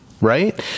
right